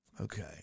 Okay